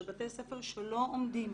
ובתי ספר שלא עומדים